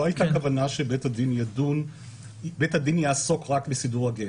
לא הייתה כוונה שבית הדין יעסוק רק בסידור הגט.